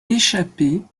échappée